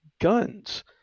guns